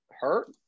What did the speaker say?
hurt